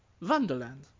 Wonderland